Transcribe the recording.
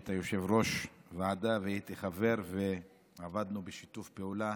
כשהיית יושב-ראש ועדה והייתי חבר ועבדנו בשיתוף פעולה